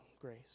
grace